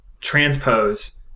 transpose